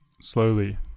slowly